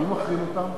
מי מחרים אותם?